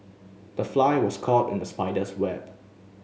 the fly was caught in the spider's web